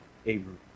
Abram